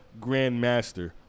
Grandmaster